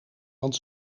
want